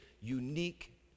unique